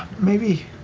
maybe.